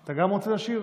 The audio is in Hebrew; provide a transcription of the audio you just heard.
אתה גם רוצה לשיר?